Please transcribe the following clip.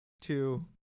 two